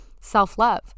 self-love